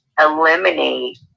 eliminate